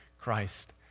Christ